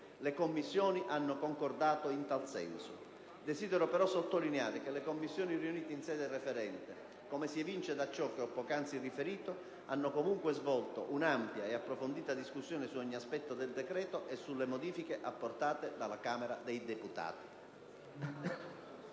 Le Commissioni riunite hanno concordato in tal senso. Desidero però sottolineare che le Commissioni riunite in sede referente - come si evince da ciò che ho poc'anzi riferito - hanno comunque svolto un'ampia ed approfondita discussione su ogni aspetto del decreto e sulle modifiche apportate dalla Camera dei deputati.